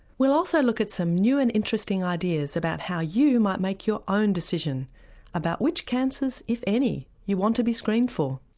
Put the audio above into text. we'll also look at some new and interesting ideas about how you might make your own decision about which cancers if any you want to be screened for.